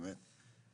באמת.